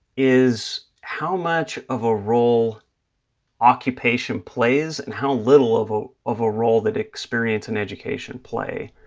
is how much of a role occupation plays and how little of a of a role that experience and education play.